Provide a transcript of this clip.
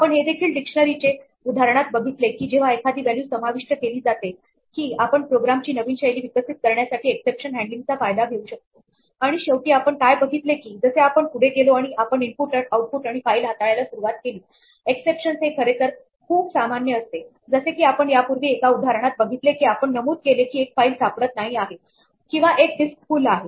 आपण हे देखील डिक्शनरी चे उदाहरणात बघितले की जेव्हा एखादी व्हॅल्यू समाविष्ट केली जाते की आपण प्रोग्रामिंग ची नवीन शैली विकसित करण्यासाठी एक्सेप्शन हँडलींग चा फायदा घेऊ शकतो आणि शेवटी आपण काय बघितले की जसे आपण पुढे गेलो आणि आपण इनपुट आउटपुट आणि फाईल हाताळायला सुरुवात केली एक्सेप्शन्स हे खरे तर खूप सामान्य असते जसे की आपण यापूर्वी एका उदाहरणात बघितले की आपण नमूद केले की एक फाईल सापडत नाही आहे किंवा एक डिस्क फुल आहे